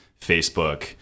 Facebook